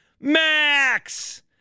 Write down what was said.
Max